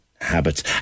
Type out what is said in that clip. habits